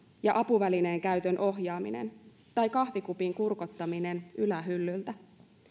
ja apuvälineen käytön ohjaaminen tai kahvikupin kurkottaminen ylähyllyltä